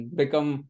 become